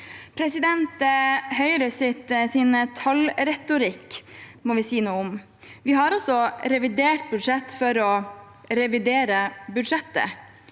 personell. Høyres tallretorikk må vi si noe om. Vi har altså revidert budsjett for å revidere budsjettet.